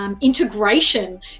integration